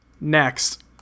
Next